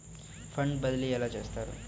Fund బదిలీ ఎలా చేస్తారు?